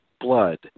blood